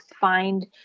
find